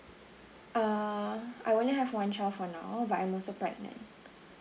err I only have one child for now but I'm also pregnant